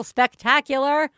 Spectacular